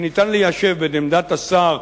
שניתן ליישב בין עמדת השר,